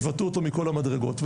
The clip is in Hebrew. יבעטו אותו מכל המדרגות,